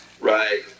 Right